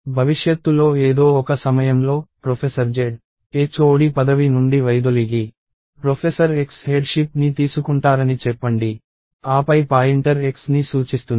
భవిష్యత్తులో ఏదో ఒక సమయంలో ప్రొఫెసర్ Z HOD పదవి నుండి వైదొలిగి ప్రొఫెసర్ X హెడ్షిప్ని తీసుకుంటారని చెప్పండి ఆపై పాయింటర్ Xని సూచిస్తుంది